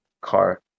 car